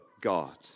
God